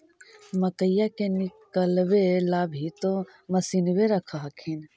मकईया के निकलबे ला भी तो मसिनबे रख हखिन?